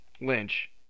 Lynch